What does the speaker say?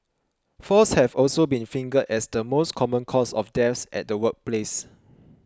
falls have also been fingered as the most common cause of deaths at the workplace